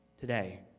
today